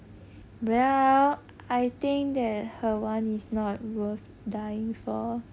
well I think that her one is not worth dying for